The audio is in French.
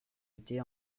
était